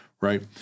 right